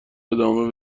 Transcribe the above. ادامه